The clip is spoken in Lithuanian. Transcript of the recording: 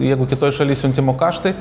jeigu kitoj šaly siuntimo kaštai